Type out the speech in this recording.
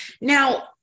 Now